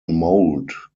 mold